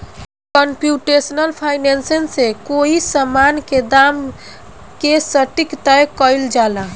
computational finance से कोई समान के दाम के सटीक तय कईल जाला